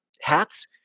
hats